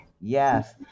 Yes